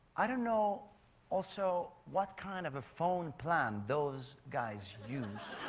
i don't know also what kind of a phone plan those guys use.